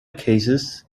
cases